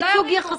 ייצוג יחסי.